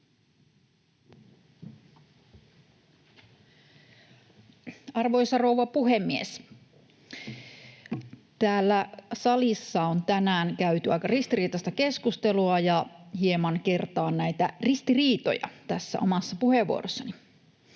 Arvoisa rouva puhemies! Täällä salissa on tänään käyty aika ristiriitaista keskustelua, ja hieman kertaan näitä ristiriitoja tässä omassa puheenvuorossani.